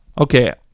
Okay